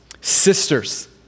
sisters